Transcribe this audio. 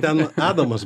ten adamas